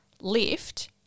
lift